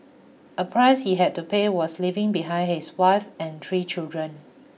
a price he had to pay was leaving behind his wife and three children